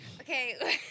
Okay